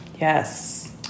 Yes